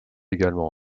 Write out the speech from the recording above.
également